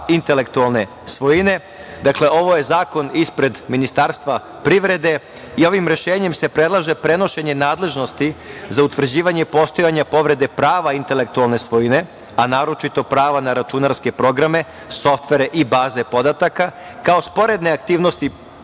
intelektualne svojine. Dakle, ovo je zakon ispred Ministarstva privrede i ovim rešenjem se predlaže prenošenje nadležnosti za utvrđivanje i postojanje povrede prava intelektualne svojine, a naročito prava na računarske programe, softvere i baze podataka kao sporedne aktivnosti